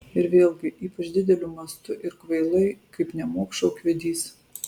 ir vėlgi ypač dideliu mastu ir kvailai kaip nemokša ūkvedys